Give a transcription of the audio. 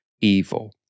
evil